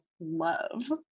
love